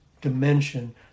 dimension